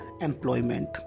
employment